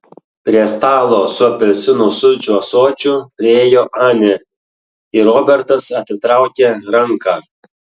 prie stalo su apelsinų sulčių ąsočiu priėjo anė ir robertas atitraukė ranką